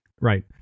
Right